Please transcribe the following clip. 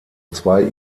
zwei